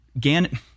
Gan